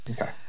okay